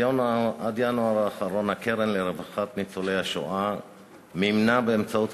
עד ינואר האחרון הקרן לרווחת ניצולי השואה מימנה באמצעות